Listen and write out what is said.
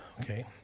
Okay